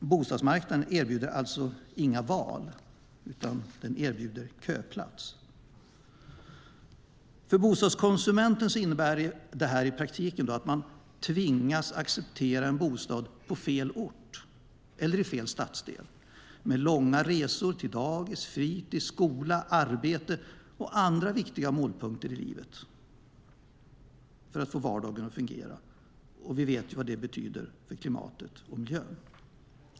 Bostadsmarknaden erbjuder alltså inga val, utan den erbjuder en köplats. För bostadskonsumenten innebär det här i praktiken att man tvingas acceptera en bostad på fel ort eller i fel stadsdel med långa resor till dagis, fritids, skola, arbete och andra viktiga målpunkter i livet för att få vardagen att fungera. Vi vet vad det betyder för klimatet och miljön.